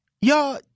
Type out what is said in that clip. Y'all